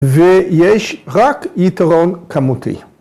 ‫ויש רק יתרון כמותי.